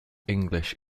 english